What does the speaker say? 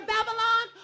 Babylon